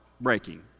breaking